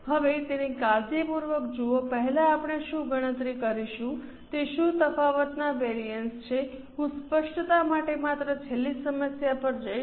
હવે તેને કાળજીપૂર્વક જુઓ પહેલા આપણે શું ગણતરી કરીશું તે શું તફાવત ના વેરિઅન્સ છે હું સ્પષ્ટતા માટે માત્ર છેલ્લી સમસ્યા પર જઈશ